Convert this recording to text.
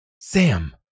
Sam